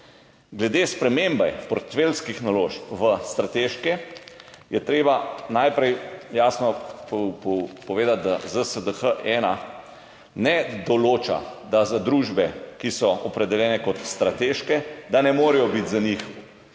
Glede spremembe portfeljskih naložb v strateške je treba najprej jasno povedati, da ZSDH-1 ne določa, da za družbe, ki so opredeljene kot strateške, ne morejo biti sproženi